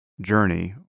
journey